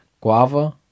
Guava